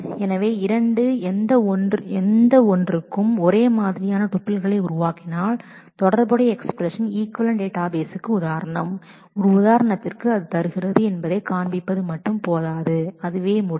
எனவே இரண்டு relational expression equivalent பின்னர் அவை ஒரே மாதிரியான டூப்பிள்களை உருவாக்கினால் எந்த ஒரு டேட்டாபேஸ் இன்ஸ்டன்ஸ் என்பதற்கு அது மட்டும் போதாது நீ என்ன காண்பிக்கிறது என்றால் ஒரு இன்ஸ்டன்ஸ் என்பதற்கு ஒரு முடிவு